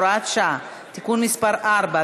הוראת שעה) (תיקון מס' 4),